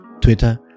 twitter